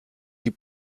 die